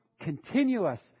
continuous